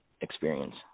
experience